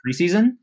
preseason